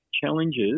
Challenges